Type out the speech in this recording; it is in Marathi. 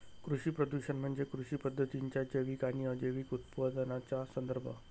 कृषी प्रदूषण म्हणजे कृषी पद्धतींच्या जैविक आणि अजैविक उपउत्पादनांचा संदर्भ